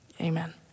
Amen